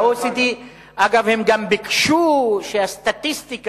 ה-OECD, אגב, הם גם ביקשו שהסטטיסטיקה